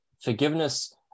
forgiveness